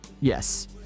Yes